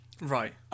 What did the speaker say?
Right